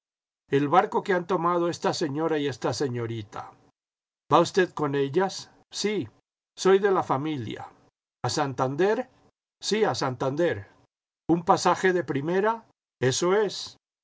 el barco que han tomado esta señora y esta señorita jva usted con ellas sí soy de la familia a santander sí a santander jün pasaje de primera eso es